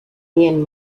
ian